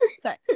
sorry